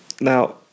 Now